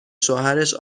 شوهرش